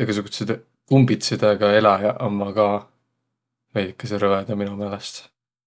egäsugutsidõ kumbitsidõga eläjäq immaq ka veidükese rõvõdaq mino meelest.